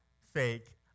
fake